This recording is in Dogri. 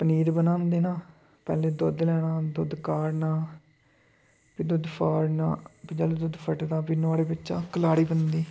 पनीर बनांदे ना पैह्ले दुद्ध लैना दुद्ध काढ़ना फ्ही दुद्ध फाड़ना फ्ही जोल्लै दुद्ध फट्टदा फ्ही नुहाड़े बिच्चा कलाड़ी बनदी